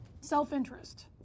self-interest